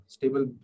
Stable